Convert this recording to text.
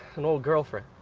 an old girlfriend.